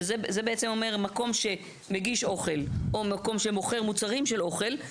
זה בעצם אומר מקום שמגיש אוכל או מקום שמוכר מוצרים של אוכל,